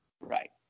right